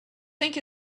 think